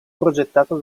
progettato